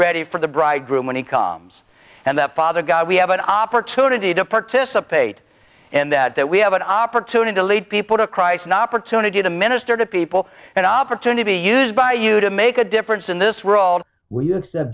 ready for the bridegroom when he comes and that father god we have an opportunity to participate and that that we have an opportunity to lead people to christ not for two to get a minister to people and opportunity used by you to make a difference in this role we use